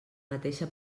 mateixa